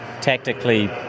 tactically